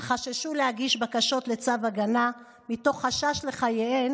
אך חששו להגיש בקשות לצו הגנה מתוך חשש לחייהן